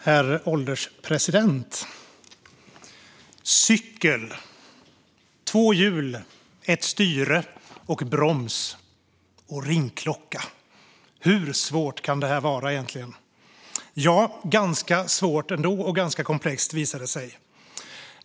Herr ålderspresident! En cykel har två hjul, ett styre, broms och ringklocka. Hur svårt kan detta egentligen vara? Ganska svårt och komplext, visar det sig.